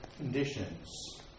conditions